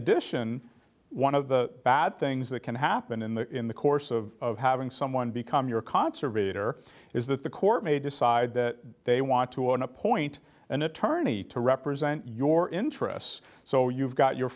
addition one of the bad things that can happen in the in the course of having someone become your conservation or is that the court may decide that they want to appoint an attorney to represent your interests so you've got your